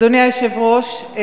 אדוני היושב-ראש,